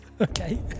Okay